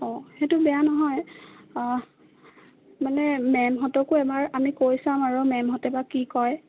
অঁ সেইটো বেয়া নহয় মানে মে'মহঁতকো এবাৰ আমি কৈ চাম আৰু মেমহঁতে বা কি কয়